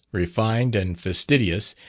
refined and fastidious,